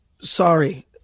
Sorry